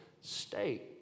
state